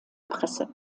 presse